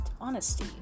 honesty